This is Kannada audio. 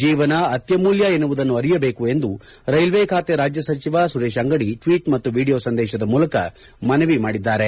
ಜೀವನ ಅತ್ಯಮೂಲ್ಡ ಎನ್ನುವುದನ್ನು ಅರಿಯಬೇಕು ಎಂದು ರೈಲ್ವೇ ಖಾತೆ ರಾಜ್ಯ ಸಚವ ಸುರೇಶ್ ಅಂಗಡಿ ಟ್ವೀಟ್ ಮತ್ತು ವಿಡಿಯೋ ಸಂದೇಶದ ಮೂಲಕ ಮನವಿ ಮಾಡಿದ್ದಾರೆ